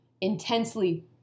intensely